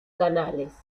canales